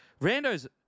Rando's